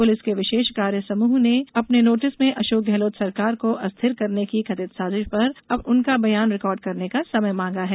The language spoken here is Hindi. पुलिस के विशेष कार्य समूह ने अपने नोटिस में अशोक गहलोत सरकार को अस्थिर करने की कथित साजिश पर उनका बयान रिकॉर्ड करने का समय मांगा है